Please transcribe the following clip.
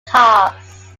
cars